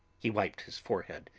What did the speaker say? he wiped his forehead,